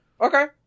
Okay